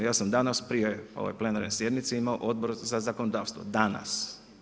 Ja sam danas prije plenarne sjednice imao Odbor za zakonodavstvo, danas.